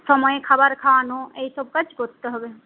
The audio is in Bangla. সময়ে খাবার খাওয়ানো এইসব কাজ করতে হবে